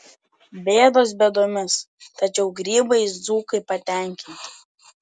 bėdos bėdomis tačiau grybais dzūkai patenkinti